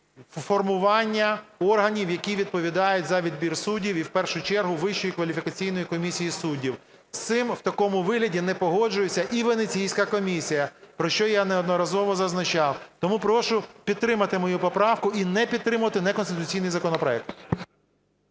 формування органів, які відповідають за відбір суддів, і в першу чергу Вищої кваліфікаційної комісії суддів. З цим в такому вигляді не погоджується і Венеційська комісія, про що я неодноразово зазначав. Тому прошу підтримати мою поправку і не підтримувати неконституційний законопроект.